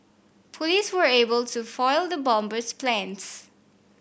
police were able to foil the bomber's plans